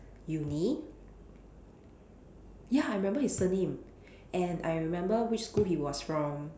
unique ya I remember his surname and I remember which school he was from